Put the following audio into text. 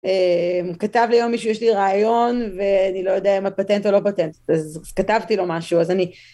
כתב לי היום מישהו: יש לי רעיון ואני לא יודע אם זה פטנט או לא פטנט. אז כתבתי לו משהו אז אני